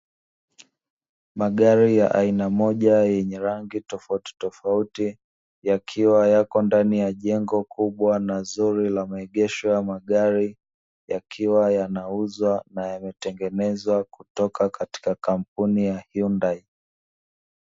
Magari ya aina moja yenye rangi tofauti tofauti, yakiwa yako ndani ya jengo kubwa na zuri la maegesho ya magari, yakiwa yanauzwa na yametengenezwa kutoka katika kampuni ya hiyundai.